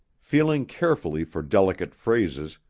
feeling carefully for delicate phrases,